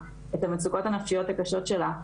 את המצוקות הנפשיות הקשות שלה,